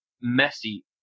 messy